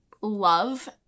love